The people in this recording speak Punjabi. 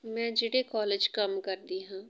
ਮੈਂ ਜਿਹੜੇ ਕਾਲਜ ਕੰਮ ਕਰਦੀ ਹਾਂ